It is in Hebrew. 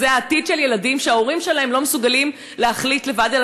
וזה העתיד של ילדים שההורים שלהם לא מסוגלים להחליט לבד,